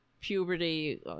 puberty